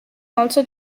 also